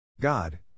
God